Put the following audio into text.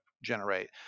generate